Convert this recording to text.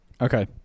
Okay